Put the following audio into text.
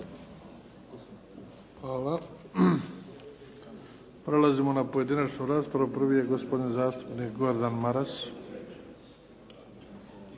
Hvala. Prelazimo na pojedinačnu raspravu. Prvi je gospodin zastupnik Gordan Maras.